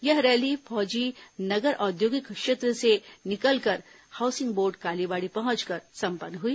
यह रैली फौजी नगर औद्योगिक क्षेत्र से निकल कर हाउसिंग बोर्ड कालीबाड़ी पहुंचकर संपन्न हुई